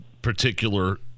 particular